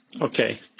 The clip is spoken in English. Okay